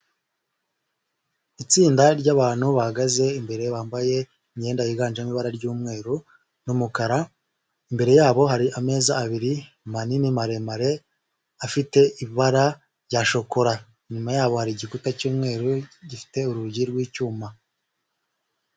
Itsinda ry'abantu bahagaze imbere bambaye imyenda yiganjemo ibara ry'umweru n'umukara, imbere yabo hari amezi abiri manini maremare afite ibara rya shokora, inyuma yabo hari igikuta cy'umweru gifite urugi rw'icyuma.